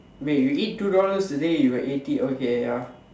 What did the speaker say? wait you need two dollars today you got eighty okay ya